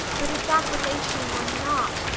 but if that relation were not